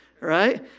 Right